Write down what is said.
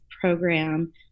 program